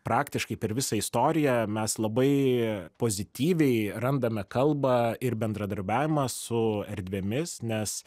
praktiškai per visą istoriją mes labai pozityviai randame kalbą ir bendradarbiavimą su erdvėmis nes